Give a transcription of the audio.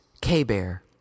K-Bear